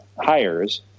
hires